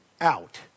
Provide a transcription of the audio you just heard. out